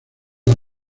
las